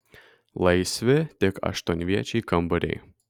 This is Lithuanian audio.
laisvi tik aštuonviečiai kambariai